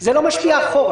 זה לא ישפיע אחורה.